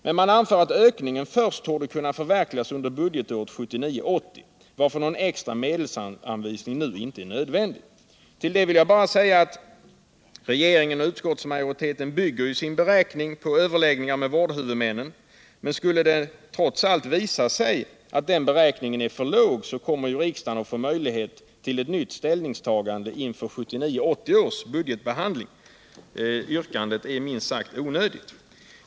Men man anför att ökningen torde kunna förverkligas först under budgetåret 1979 80 års budgetbehandling. Yrkandet är minst sagt onödigt.